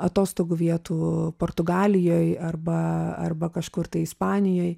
atostogų vietų portugalijoj arba arba kažkur tai ispanijoj